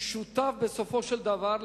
הוא שותף בסופו של דבר.